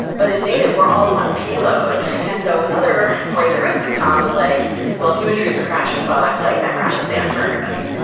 but in native, we're all one payload. and so another way that risk can pound is like well, if you introduce a crashing bug, like that crashes the app for everybody.